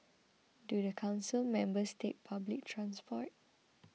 do the council members take public transport